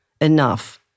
enough